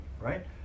right